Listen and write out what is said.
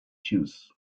jews